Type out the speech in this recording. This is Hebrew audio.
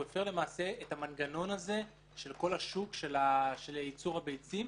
והוא הפר את המנגנון של כל השוק של ייצור הביצים,